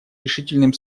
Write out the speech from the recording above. решительным